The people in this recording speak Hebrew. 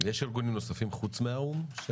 יש ארגונים נוספים חוץ מהאו"ם?